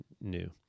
new